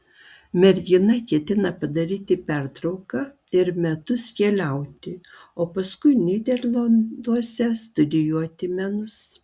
mergina ketina padaryti pertrauka ir metus keliauti o paskui nyderlanduose studijuoti menus